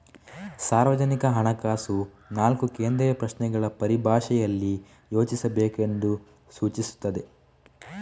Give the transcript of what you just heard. ಸಾರ್ವಜನಿಕ ಹಣಕಾಸು ನಾಲ್ಕು ಕೇಂದ್ರೀಯ ಪ್ರಶ್ನೆಗಳ ಪರಿಭಾಷೆಯಲ್ಲಿ ಯೋಚಿಸಬೇಕೆಂದು ಸೂಚಿಸುತ್ತದೆ